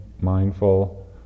mindful